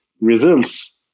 results